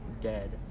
dead